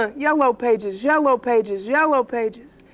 ah yellow pages, yellow pages, yellow pages.